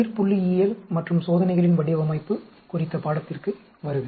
உயிர்புள்ளியியல் மற்றும் சோதனைகளின் வடிவமைப்பு குறித்த பாடத்திற்கு வருக